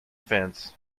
fence